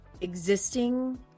existing